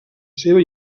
seva